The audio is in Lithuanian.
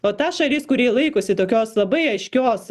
o ta šalis kuri laikosi tokios labai aiškios